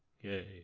Yay